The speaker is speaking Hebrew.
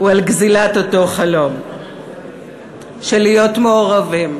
הוא על גזלת אותו חלום של להיות מעורבים,